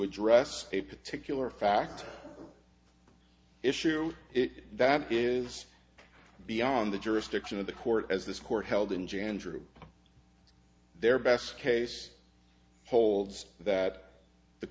address a particular fact issue it that is beyond the jurisdiction of the court as this court held in jan drew their best case holds that the